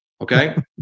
okay